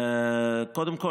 קודם כול,